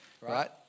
Right